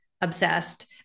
obsessed